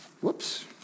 Whoops